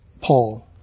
Paul